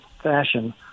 fashion